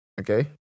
okay